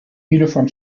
uniform